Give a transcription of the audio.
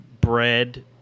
bread